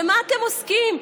במה אתם עוסקים?